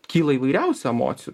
kyla įvairiausių emocijų